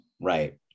Right